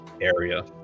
area